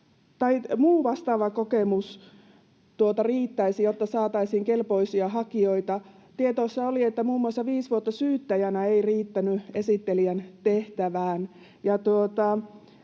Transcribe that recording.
että muu vastaava kokemus riittäisi, jotta saataisiin kelpoisia hakijoita. Tiedossa oli, että muun muassa viisi vuotta syyttäjänä ei riittänyt esittelijän tehtävään.